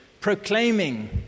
proclaiming